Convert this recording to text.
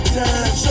time